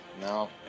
No